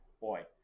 boy